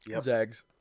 Zags